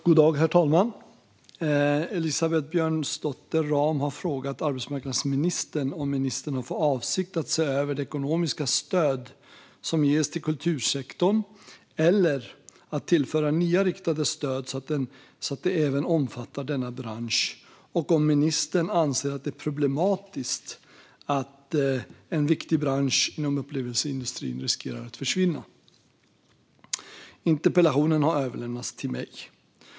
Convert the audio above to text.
God dag, herr talman! Elisabeth Björnsdotter Rahm har frågat arbetsmarknadsministern om ministern har för avsikt att se över det ekonomiska stöd som ges till kultursektorn eller att tillföra nya riktade stöd så att det även omfattar denna bransch och om ministern anser att det är problematiskt att en viktig bransch inom upplevelseindustrin riskerar att försvinna. Interpellationen har överlämnats till mig.